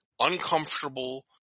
uncomfortable